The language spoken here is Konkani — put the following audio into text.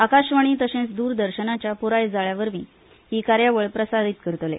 आकाशवाणी तशेच दूरदर्शनाच्या पुराय जाळ्यावरवी ही कार्यावळ प्रसारीत करतले